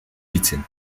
beaten